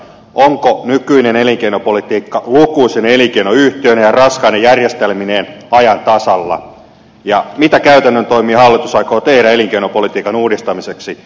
onko nykyinen elinkeinopolitiikka lukuisine elinkeinoyhtiöineen ja raskaine järjestelmineen ajan tasalla ja mitä käytännön toimia hallitus aikoo tehdä elinkeinopolitiikan uudistamiseksi